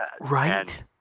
Right